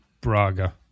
Braga